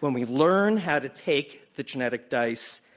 when we learn how to take the genetic dice,